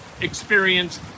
experience